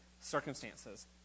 circumstances